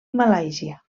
malàisia